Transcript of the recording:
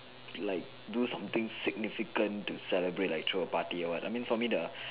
like do something significant to celebrate like throw a party or what I mean for me the